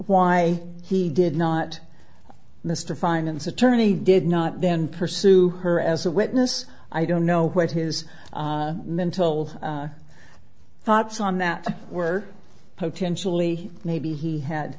why he did not mr finance attorney did not then pursue her as a witness i don't know what his mental thoughts on that were potentially maybe he had